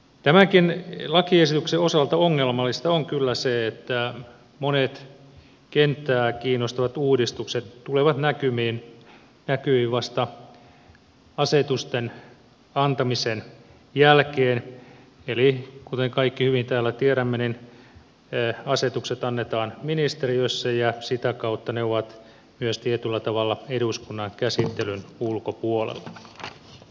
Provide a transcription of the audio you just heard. tämänkin lakiesityksen osalta ongelmallista on kyllä se että monet kenttää kiinnostavat uudistukset tulevat näkyviin vasta asetusten antamisen jälkeen eli kuten kaikki hyvin täällä tiedämme niin asetukset annetaan ministeriössä ja sitä kautta ne ovat myös tietyllä tavalla eduskunnan käsittelyn ulkopuolella